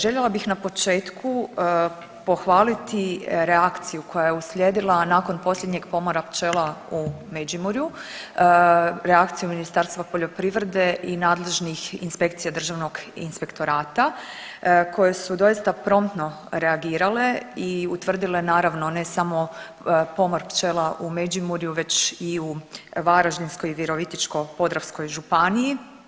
Željela bih na početku pohvaliti reakciju koja je uslijedila nakon posljednjeg pomora pčela u Međimurju, reakciju Ministarstva poljoprivrede i nadležnih inspekcija Državnog inspektorata koje su doista promptno reagirale i utvrdile naravno ne samo pomor pčela u Međimurju već i u Varaždinskoj i u Virovitičko-podravskoj županiji.